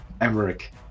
Emmerich